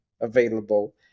available